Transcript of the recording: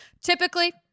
Typically